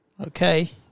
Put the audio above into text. Okay